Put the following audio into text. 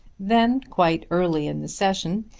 then, quite early in the session,